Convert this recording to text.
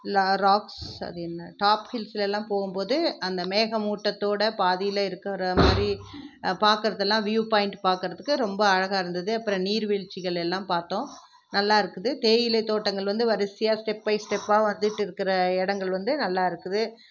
rocks அது என்ன top ஹில்ஸ்லயெல்லாம் போகும்போது அந்த மேகமூட்டத்தோட பாதியில இருக்கிற மாதிரி பார்க்கறதெல்லாம் வியூ பாயிண்ட் பார்க்கறத்துக்கு ரொம்ப அழகாக இருந்தது அப்புறம் நீர்வீழ்ச்சிகள் எல்லாம் பார்த்தோம் நல்லா இருக்குது தேயிலை தோட்டங்கள் வந்து வரிசையாக ஸ்டெப் பை ஸ்டெப்பாக வந்துகிட்டு இருக்கிற இடங்கள் வந்து நல்லா இருக்குது